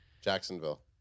Jacksonville